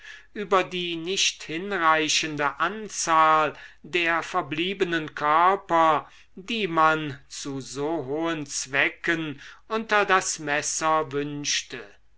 über die nicht hinreichende anzahl der verblichenen körper die man zu so hohen zwecken unter das messer wünschte